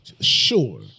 sure